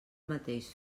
mateix